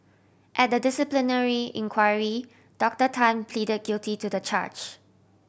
at the disciplinary inquiry Doctor Tan plead guilty to the charge